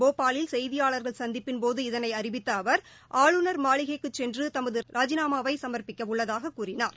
போபாலில் செய்தியாளர்கள் சந்திப்பின்போது இதனை அறிவித்த அவர் ஆளுநர் மாளிகைக்குச் சென்று தமது ராஜிநாமாவை சமர்ப்பிக்க உள்ளதாகக் கூறினார்